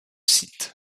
site